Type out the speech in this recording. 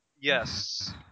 Yes